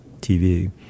TV